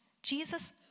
Jesus